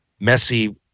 Messi